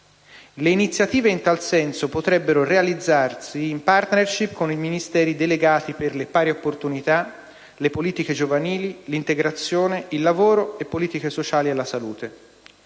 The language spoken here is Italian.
Le iniziative in tal senso potrebbero realizzarsi in *partnership* con i Ministeri delegati per le pari opportunità, le politiche giovanili, l'integrazione, il lavoro e politiche sociali e la salute,